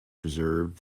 preserve